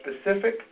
Specific